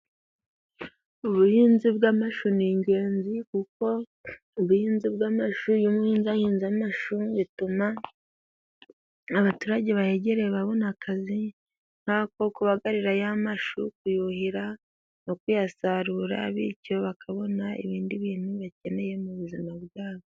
Ubuhinzi bw'amashu ni ingenzi, kuko ubuhinzi bw'amashu, iyo umuhinzi, ahinze amashu, bituma abaturage bagereye, babona akazi, nkako kubagarira ya mashu, kuyuhira no kuyasarura, bityo bakabona ibindi bintu bakeneye mu buzima bwabo.